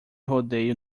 rodeio